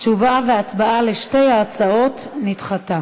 התשובה וההצבעה על שתי ההצעות נדחו.